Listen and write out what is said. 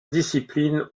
discipline